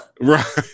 right